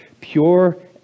pure